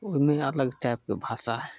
ओ ने अलग टाइपके भाषा हइ